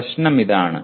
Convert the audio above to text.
പ്രശ്നം ഇതാണ്